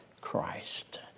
Christ